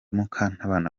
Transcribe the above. mukantabana